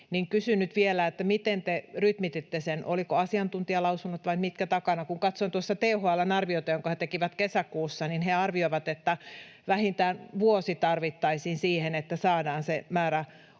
henkilöstömitoituksesta: Miten te rytmititte sen? Olivatko asiantuntijalausunnot vai mitkä takana? Kun katsoin tuossa THL:n arviota, jonka he tekivät kesäkuussa, niin he arvioivat, että vähintään vuosi tarvittaisiin siihen, että saadaan se määrä